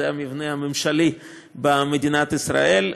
זה המבנה הממשלי במדינת ישראל.